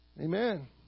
Amen